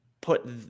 put